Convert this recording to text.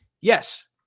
yes